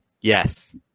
Yes